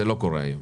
זה לא קורה היום.